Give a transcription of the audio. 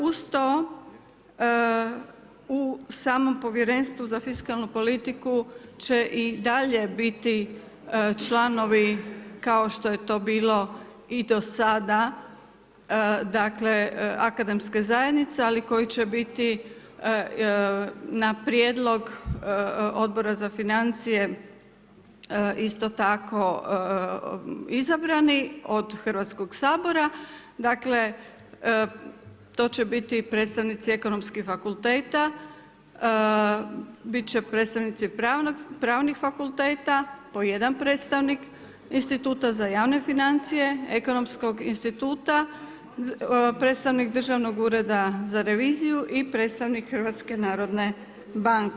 Uz to, u samom Povjerenstvu za fiskalnu politiku će i dalje biti članovi kao što je to bilo i do sada dakle, akademska zajednica ali koja će biti na prijedlog Odbora za financije isto tako izabrani od Hrvatskog sabora, dakle to će biti predstavnici ekonomskih fakulteta, bit će predstavnici pravnih fakulteta, po jedan predstavnik, Instituta za javne financije, Ekonomskog instituta, predstavnik Državnog ureda za reviziju i predstavnik HNB-a.